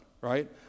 Right